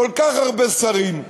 כל כך הרבה שרים,